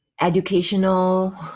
educational